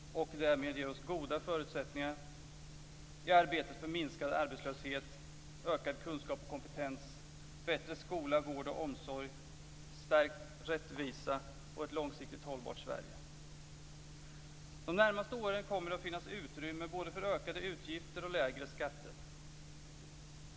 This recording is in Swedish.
Därmed får vi goda förutsättningar i arbetet för en minskad arbetslöshet, för ökad kunskap och kompetens, för en bättre skola, vård och omsorg, för en stärkt rättvisa och för ett långsiktigt hållbart Sverige. De närmaste åren kommer det att finnas utrymme både för ökade utgifter och för lägre skatter.